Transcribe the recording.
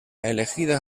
elegida